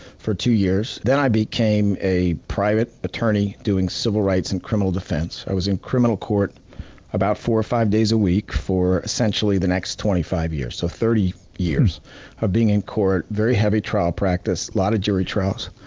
for two years. then i became a private attorney doing civil rights and criminal defense. i was in criminal court about four or five days a week, for essentially the next twenty five years, so thirty years of being in court. very heavy trial practice, a lot of jury trials,